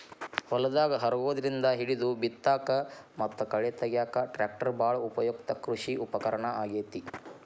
ಹೊಲದಾಗ ಹರಗೋದ್ರಿಂದ ಹಿಡಿದು ಬಿತ್ತಾಕ ಮತ್ತ ಕಳೆ ತಗ್ಯಾಕ ಟ್ರ್ಯಾಕ್ಟರ್ ಬಾಳ ಉಪಯುಕ್ತ ಕೃಷಿ ಉಪಕರಣ ಆಗೇತಿ